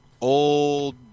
old